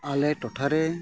ᱟᱞᱮ ᱴᱚᱴᱷᱟ ᱨᱮ